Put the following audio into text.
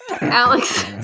Alex